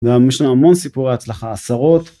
וגם יש לנו המון סיפורי הצלחה, עשרות.